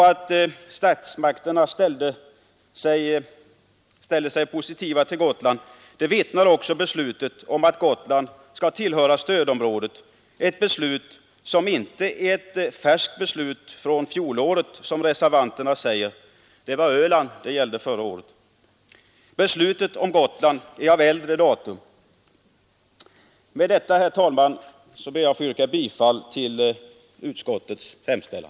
Att statsmakterna ställer sig positiva till Gotland, därom vittnar också det beslut som fattats om att Gotland skall tillhöra stödområdet — ett beslut som inte är färskt från fjolåret, som reservanterna säger. Förra året gällde det Öland, men beslutet om Gotland är av äldre datum. Med detta ber jag, herr talman, att få yrka bifall till utskottets hemställan.